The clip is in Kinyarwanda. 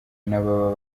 n’ababa